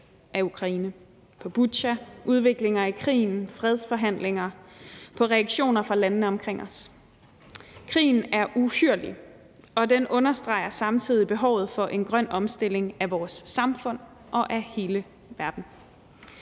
på Butja, udviklinger i krigen, fredsforhandlinger, og vi ser reaktionerne fra landene omkring os. Krigen er uhyrlig, og den understreger samtidig behovet for en grøn omstilling af vores samfund og af hele verden.